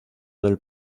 del